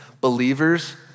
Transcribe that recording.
believers